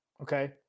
Okay